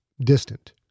distant